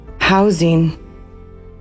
housing